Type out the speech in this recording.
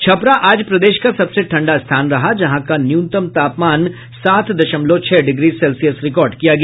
छपरा आज प्रदेश का सबसे ठंडा स्थान रहा जहां का न्यूनतम तापमान सात दशमलव छह डिग्री सेल्सियस रिकॉर्ड किया गया